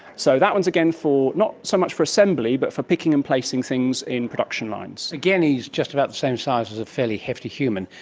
so that one is, again, not so much for assembly but for picking and placing things in production lines. again he is just about the same size as a fairly hefty human.